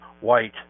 white